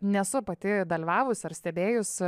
nesu pati dalyvavus ar stebėjus